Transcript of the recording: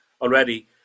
already